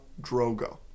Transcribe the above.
drogo